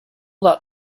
that